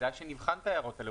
כדאי שנבחן את ההערות האלה.